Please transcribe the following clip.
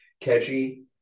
Catchy